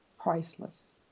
priceless